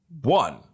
one